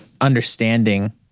understanding